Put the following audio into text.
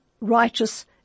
Righteous